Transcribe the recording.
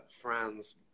friends